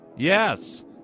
Yes